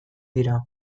dira